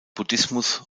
buddhismus